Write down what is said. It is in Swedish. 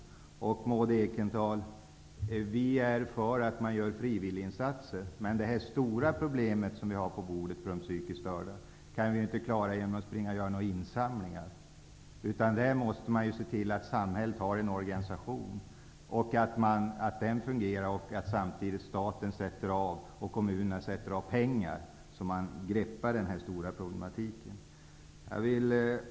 Maud Ekendahl, vi är för frivilliginsatser. Men det stora problemet med de psykiskt störda, vilket vi har att ta itu med, kan vi inte klara genom att göra insamlingar. I stället måste vi se till att samhället har en fungerande organisation för det ändamålet. Samtidigt måste staten och kommunerna avsätta pengar, så att det blir möjligt att få ett grepp om den här omfattande problematiken.